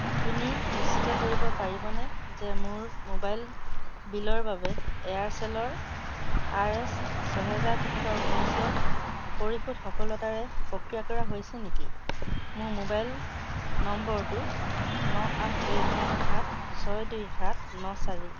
আপুনি নিশ্চিত কৰিব পাৰিবনে যে মোৰ মোবাইল বিলৰ বাবে এয়াৰচেলৰ আৰ এছ ছহেজাৰ তিনিশ ঊনৈছৰ পৰিশোধ সফলতাৰে প্ৰক্ৰিয়া কৰা হৈছে নেকি মোৰ মোবাইল নম্বৰটো ন আঠ দুই শূন্য সাত ছয় দুই সাত ন চাৰি